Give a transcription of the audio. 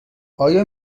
آیا